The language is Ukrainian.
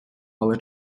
але